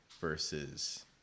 versus